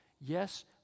yes